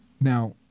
Now